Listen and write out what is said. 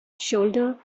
shoulder